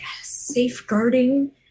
safeguarding